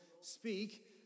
speak